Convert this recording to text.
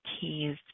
keys